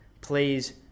please